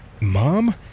mom